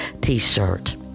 t-shirt